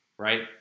Right